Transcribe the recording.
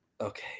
Okay